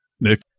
Nick